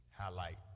highlight